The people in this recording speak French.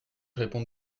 réponds